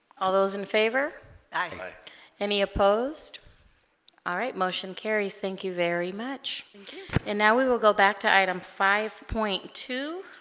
all those in favor any opposed all right motion carries thank you very much and now we will go back to item five point two